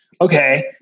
Okay